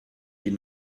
did